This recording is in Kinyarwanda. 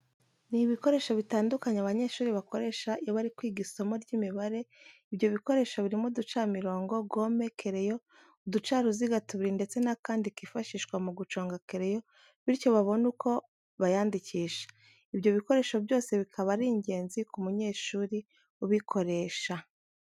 Ni ibikoresho bitandukanye abanyeshuri bakoresha iyo bari kwiga isomo ry'Imibare, ibyo bikoresho birimo uducamirongo, gome, kereyo, uducaruziga tubiri ndetse n'akandi kifashishwa mu guconga kereyo bityo babone uko bayandikisha. Ibyo bikoresho byose bikaba ari ingenzi ku munyeshuri ubukoresha.